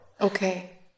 Okay